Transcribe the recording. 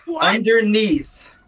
Underneath